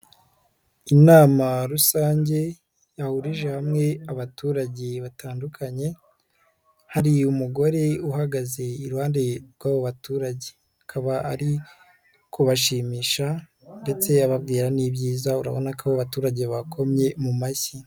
Inama rusange yahurije hamwe abaturage batandukanye, hari umugore uhagaze iruhande rw'abo baturage. Akaba ari kushimisha ndetse ababwira n'ibyiza, urabona ko abaturage bakomye mu mashyi.